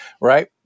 Right